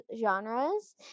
genres